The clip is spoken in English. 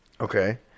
Okay